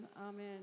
Amen